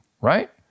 Right